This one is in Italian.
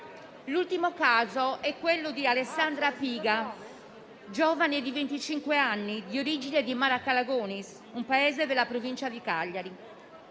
L'ultimo caso è quello di Alessandra Piga, giovane di venticinque anni, originaria di Maracalagonis, un paese della provincia di Cagliari.